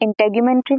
integumentary